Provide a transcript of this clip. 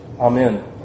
Amen